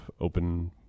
open